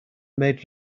made